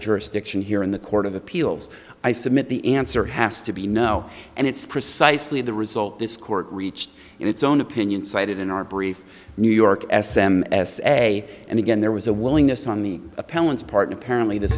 jurisdiction here in the court of appeals i submit the answer has to be no and it's precisely the result this court reached its own opinion cited in our brief new york s m essay and again there was a willingness on the appellant's partner apparently this